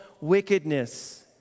wickedness